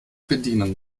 bedienen